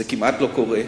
זה כמעט לא קורה,